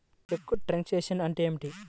చెక్కు truncation అంటే ఏమిటి?